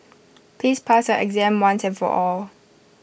please pass your exam once and for all